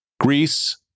Greece